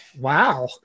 Wow